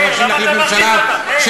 מי אמר שקצבאות מורידות את העוני?